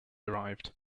derived